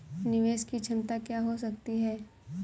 निवेश की क्षमता क्या हो सकती है?